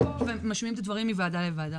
פה ומשמיעים את הדברים מוועדה לוועדה.